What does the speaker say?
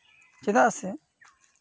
ᱪᱮᱫᱟᱜ ᱥᱮ